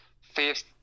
fifth